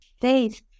faith